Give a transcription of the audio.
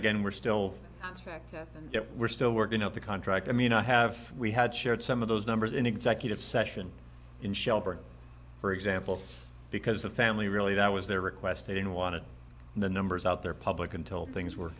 again we're still expecting it we're still working out the contract i mean i have we had shared some of those numbers in executive session in shelburne for example because the family really that was their request they didn't want it in the numbers out there public until things were